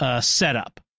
setup